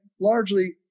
largely